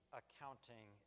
accounting